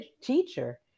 teacher